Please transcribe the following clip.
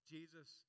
Jesus